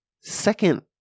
second